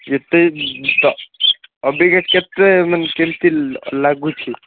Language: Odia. ଏତେ ଅବିକା କେତେ କେମିତି ଲାଗୁଛି